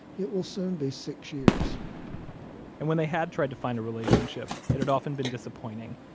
it will soon be six years and when they had tried to find a relationship, it had often been disappointing.